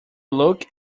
look